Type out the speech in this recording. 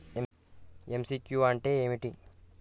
MCQ అంటే ఏమిటి?